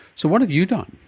so what have you done?